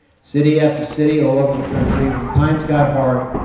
city after city all over the country, when times got hard,